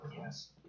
Yes